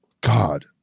God